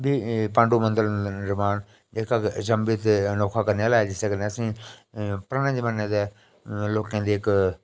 बी पाण्डु मन्दिरें दा निर्माण इक अचंभित जेह्का अनोखा करने आह्ला ऐ जिसदे कन्नै असेंगी पराने जमाने दे लोकें दी इक